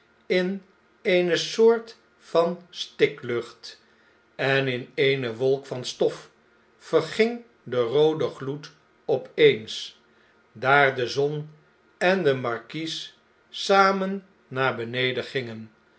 in eene soort van stiklucht en in eene wolk van stof verging de roode gloed op eens daar de zon en de markies samen naar beneden gingen